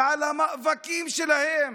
ושל המאבקים שלהם